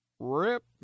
Rip